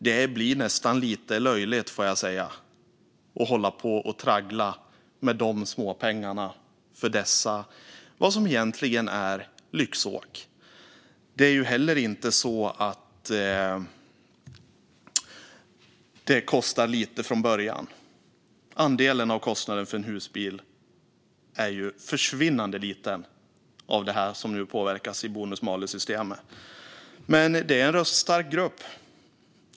Det blir nästan lite löjligt, får jag säga, att hålla på och traggla med de småpengarna för vad som egentligen är lyxåk. Det är heller inte så att det kostar lite från början. Andelen av kostnaden för en husbil är försvinnande liten när det gäller den del som nu påverkas av bonus-malus-systemet. Det är en röststark grupp det handlar om.